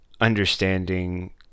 understanding